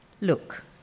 Look